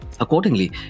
Accordingly